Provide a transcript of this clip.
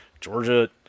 Georgia